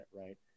right